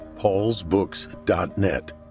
paulsbooks.net